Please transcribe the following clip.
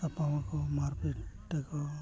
ᱛᱟᱯᱟᱢ ᱟᱠᱚ ᱢᱟᱨᱯᱤᱴ ᱟᱠᱚ